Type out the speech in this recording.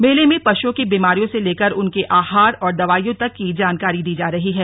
मेले में पशुओं की बीमारियों से लेकर उनके आहार और दवाइयों तक की जानकारी दी जा रही है